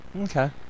Okay